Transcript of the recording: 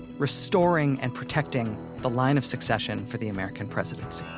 restoring and protecting the line of succession for the american presidency